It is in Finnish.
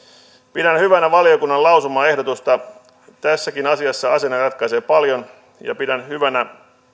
pidän hyvänä valiokunnan lausumaehdotusta tässäkin asiassa asenne ratkaisee paljon ja pidän hyvänä